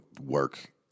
work